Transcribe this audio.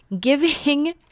Giving